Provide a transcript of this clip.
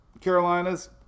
Carolinas